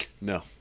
No